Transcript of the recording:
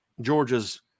Georgia's